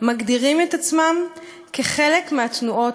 מגדירים את עצמם כחלק מהתנועות,